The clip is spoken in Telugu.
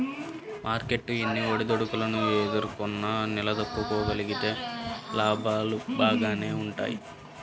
మార్కెట్టు ఎన్ని ఒడిదుడుకులు ఎదుర్కొన్నా నిలదొక్కుకోగలిగితే లాభాలు బాగానే వుంటయ్యి